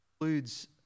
includes